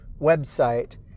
website